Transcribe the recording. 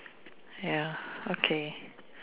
ya okay